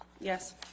Yes